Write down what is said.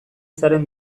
zaren